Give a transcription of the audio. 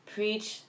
Preach